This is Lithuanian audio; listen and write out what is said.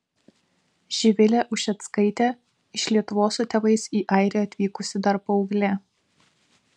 živilė ušeckaitė iš lietuvos su tėvais į airiją atvykusi dar paauglė